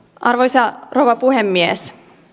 arvoisa rouva puhemies